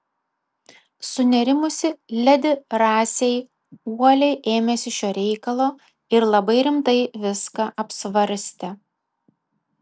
sunerimusi ledi rasei uoliai ėmėsi šio reikalo ir labai rimtai viską apsvarstė